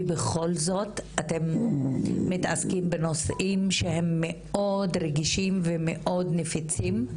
כי בכל זאת אתם מתעסקים בנושאים שהם מאוד רגישים ונפיצים.